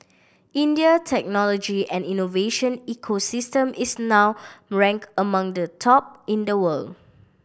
India technology and innovation ecosystem is now ranked among the top in the world